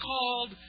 called